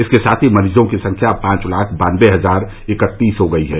इसके साथ ही मरीजों की संख्या पांच लाख बानबे हजार इकत्तीस हो गई है